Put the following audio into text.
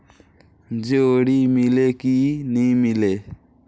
जोणी मीले कि नी मिले?